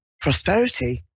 prosperity